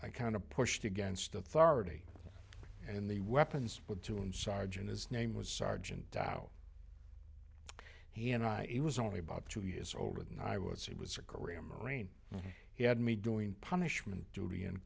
i kind of pushed against authority and the weapons but to inside in his name was sergeant dow he and i it was only about two years older than i was he was a career marine he had me doing punishment duty in